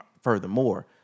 furthermore